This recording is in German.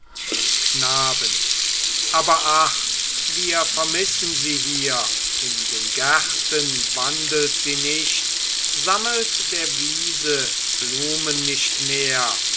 knaben aber ach wir vermissen sie hier in den gärten wandelt sie nicht sammelt der wiese blumen nicht mehr